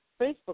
Facebook